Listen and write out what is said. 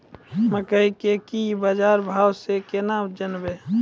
मकई के की बाजार भाव से केना जानवे?